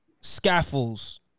Scaffolds